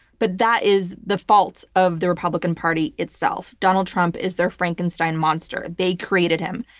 but that is the fault of the republican party itself. donald trump is their frankenstein monster. they created him.